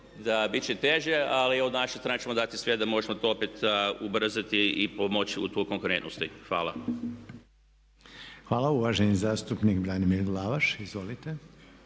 bit će teže, ali s naše strane ćemo dati sve da možemo to opet ubrzati i pomoći u konkurentnosti. Hvala. **Reiner, Željko (HDZ)** Hvala. Uvaženi zastupnik Branimir Glavaš, izvolite.